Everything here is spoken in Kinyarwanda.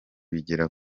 bigera